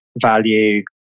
value